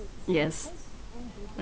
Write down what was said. yes